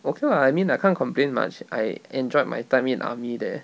okay lah I mean I can't complain much I enjoyed my time in army there